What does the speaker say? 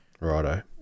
Righto